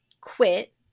quit